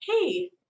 hey